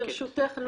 ברשותך,